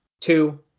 two